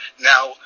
Now